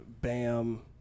Bam